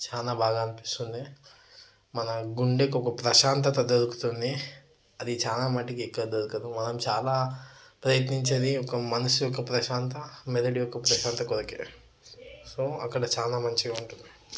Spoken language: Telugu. చాలా బాగా అనిపిస్తుంది మన గుండెకు ఒక ప్రశాంతత దొరుకుతుంది అది చాలా మటుకి కదా కదా మనం చాలా ప్రయత్నించేది ఒక మనసు యొక్క ప్రశాంత మెదడు యొక్క ప్రశాంత కొరకే సో అక్కడ చాలా మంచిగా ఉంటుంది